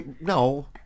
No